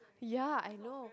ya I know